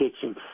kitchen